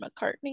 mccartney